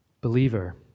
believer